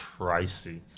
pricey